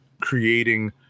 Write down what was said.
creating